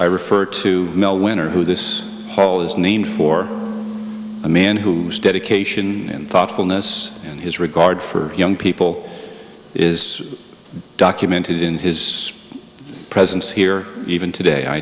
i refer to mel winter who this hall is named for a man whose dedication and thoughtfulness and his regard for young people is documented in his presence here even today i